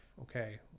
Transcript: okay